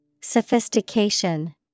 Sophistication